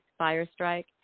Firestrike